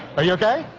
are you okay.